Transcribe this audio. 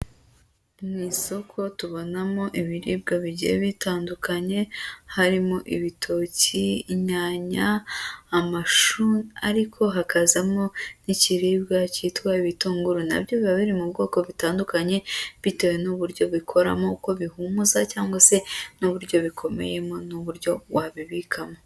Mu isoko tubonamo ibiribwa bigiye bitandukanye harimo ibitoki, inyanya, amashu ariko hakazamo n'ikiribwa cyitwa ibitunguru, na byo biba biri mu bwoko butandukanye bitewe n'uburyo bikoramo, uko bihumuza cyangwa se n'uburyo bikomeye n'uburyo wabibikamo.